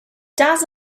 does